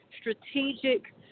strategic